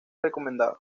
recomendado